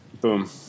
Boom